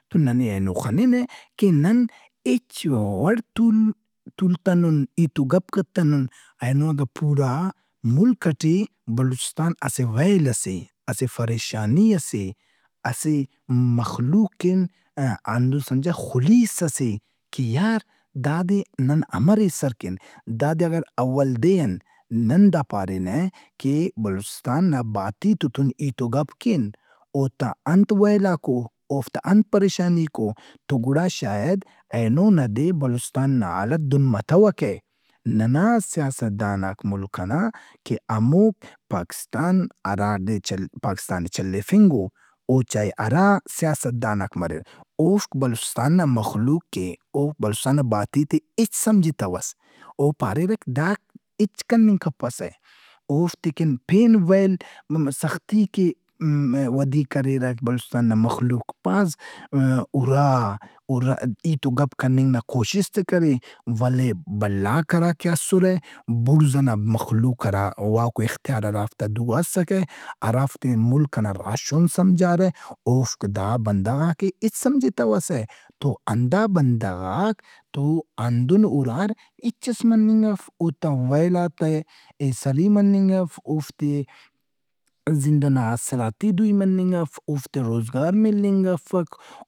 تو ننے اینو خنِنہ کہ نن ہچ وڑ تُ- تُولتنُن ہیت و گپ کتّنُن۔ اینو دا پورا ملک ئٹے بلوچستان اسہ ویل ئس اے، اسہ فریشانی ئس اے، اسہ مخلوق کن ہندن سمجھہ خُلیس ئس اے کہ یار دادے نن امر ایسرکین۔ دادے اگر اول دے ان نن دا پارینہ کہ بلوچستان نا بھاتیِتے تُن ہیت و گپ کین۔ اوتا انت ویلاک او۔ اوفتا انت پریشانیک او۔ تو گڑا شاید اینو نا دے بلوچستان نا حالت دہن متوکہ۔ ننا سیاستداناک ملک ئنا کہ ہمو پاکستان ہرادے چل- پاکستان ئے چلیفنگ او۔ او چائہہ ہرا سیاستداناک مریر۔ اوفک بلوچستان نا مخلوق ئے بلوچستان نا بھاتیت ئے ہچ سمجھتوس او پاریرک دا ہچ کننگ کپسہ۔ اوفتے کن پین ویل، سختی ودی کریرک، بلوچستان نا مخلوق بھاز ہُرا، ہیت و گپ کننگ نا کوشست ئے کرے ولے بھلاک ہراکہ اسرہ بُڑزئنا مخلوق ہرا، واک و اختیار ہرافتا دُو آ اسکہ، ہرافتے ملک ئنا راہشون سمجھارہ اوفک دا بندغاک ئے ہچ سمجھتوسہ۔ تو ہندا بندغاک ہندن ہُرار ہچس مننگ اف۔ اوتا ویلات ئے ایسری مننگ اف۔ اوفتاے زندئنا آسراتی دُوئی مننگ اف، اوفتے روزگار ملنگ افک۔